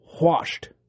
washed